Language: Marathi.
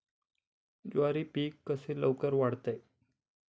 ज्वारी पीक कसे लवकर वाढते?